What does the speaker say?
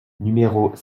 numéros